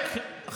אני טועה?